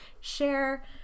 share